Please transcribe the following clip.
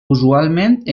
usualment